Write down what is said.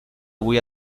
avui